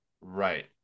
Right